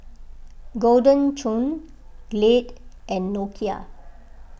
Golden Churn Glade and Nokia